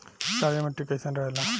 क्षारीय मिट्टी कईसन रहेला?